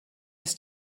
his